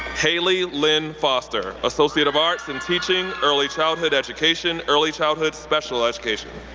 hayley lynn foster, associate of arts in teaching, early childhood education early childhood special education.